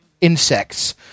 insects